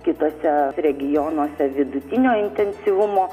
kituose regionuose vidutinio intensyvumo